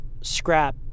scrap